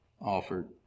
offered